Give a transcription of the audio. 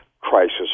crisis